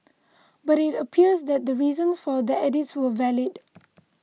but it appears that the reasons for the edits were valid